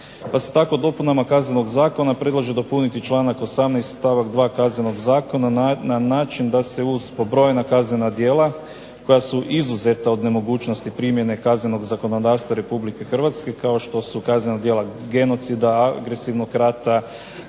Pa se tako dopunama Kaznenog zakona predlaže dopuniti članak 18. stavak 2. Kaznenog zakona na način da se uz pobrojena kaznena djela koja su izuzeta od nemogućnosti primjene kaznenog zakonodavstva Republike Hrvatske kao što su kaznena djela genocida, agresivnog rata,